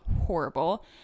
horrible